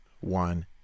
one